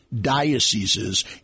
dioceses